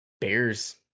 Bears